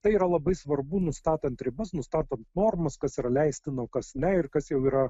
tai yra labai svarbu nustatant ribas nustatant normas kas yra leistina o kas ne ir kas jau yra